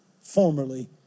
formerly